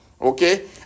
Okay